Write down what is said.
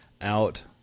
out